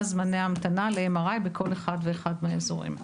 זמני ההמתנה ל-MRI בכל אחד ואחד מהאזורים האלה.